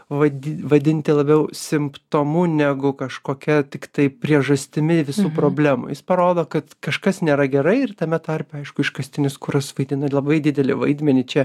vadi vadinti labiau simptomu negu kažkokia tiktai priežastimi visų problemų jis parodo kad kažkas nėra gerai ir tame tarpe aišku iškastinis kuras vaidina labai didelį vaidmenį čia